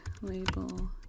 label